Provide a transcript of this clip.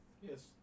Yes